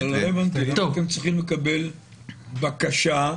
אתם צריכים לקבל בקשה?